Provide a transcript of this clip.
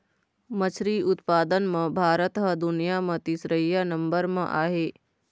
मछरी उत्पादन म भारत ह दुनिया म तीसरइया नंबर म आहे